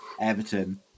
Everton